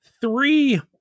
Three